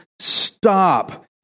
stop